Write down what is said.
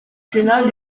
sénat